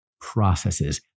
processes